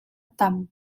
tam